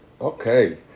Okay